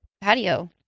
patio